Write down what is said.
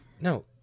no